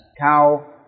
cow